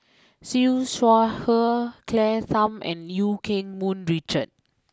Siew Shaw Her Claire Tham and Eu Keng Mun Richard